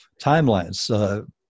timelines